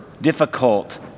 difficult